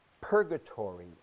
Purgatory